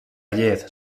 llet